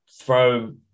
throw